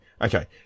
Okay